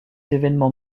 événements